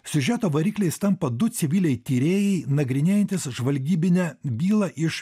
siužeto varikliais tampa du civiliai tyrėjai nagrinėjantys žvalgybinę bylą iš